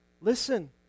Listen